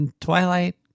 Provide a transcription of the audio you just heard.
twilight